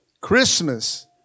Christmas